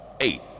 eight